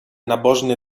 nabożny